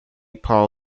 paul